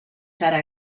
cara